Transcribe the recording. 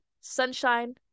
sunshine